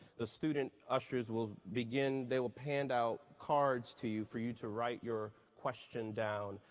the student ushers will begin they will hand out cards to you for you to write your question down.